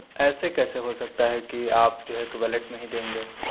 ایسے کیسے ہو سکتا ہے کہ آپ جو ہے کہ ولیٹ میں ہی دیں گے